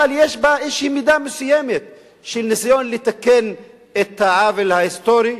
אבל יש בה איזו מידה מסוימת של ניסיון לתקן את העוול ההיסטורי,